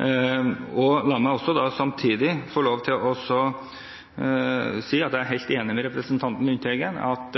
La meg samtidig få lov til å si at jeg er helt enig med representanten Lundteigen i at